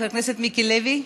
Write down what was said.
חבר הכנסת מיקי לוי,